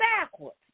backwards